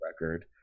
record